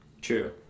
true